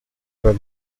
were